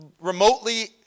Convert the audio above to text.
remotely